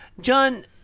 John